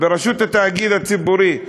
רשות התאגיד הציבורי,